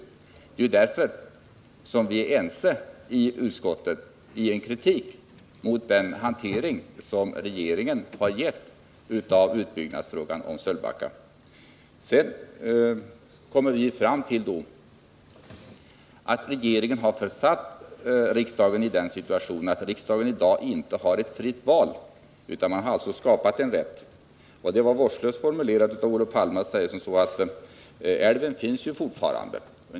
Det är mot denna bakgrund som vi är ense i utskottet i en kritik mot den hantering som regeringen givit frågan om utbyggnad av Sölvbackaströmmarna. Vi kommer fram till att regeringen har försatt riksdagen i den situationen, att riksdagen inte har ett fritt val, utan man har skapat en rätt. Det var vårdslöst av Olof Palme att säga att älven finns ju fortfarande.